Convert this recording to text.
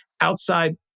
outside